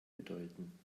bedeuten